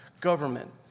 government